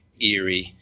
eerie